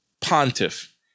pontiff